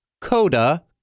coda